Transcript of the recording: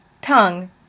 tongue